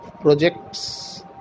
projects